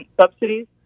subsidies